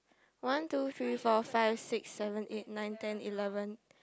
one two three four five six seven eight nine ten eleven